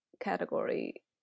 category